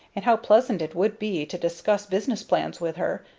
and how pleasant it would be to discuss business plans with her!